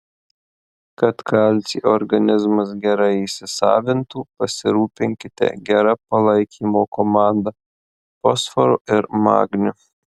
kad kalcį organizmas gerai įsisavintų pasirūpinkite gera palaikymo komanda fosforu ir magniu